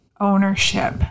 ownership